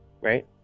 Right